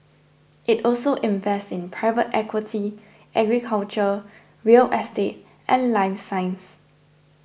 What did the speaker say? it also invests in private equity agriculture real estate and life science